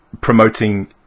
promoting